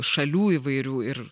šalių įvairių ir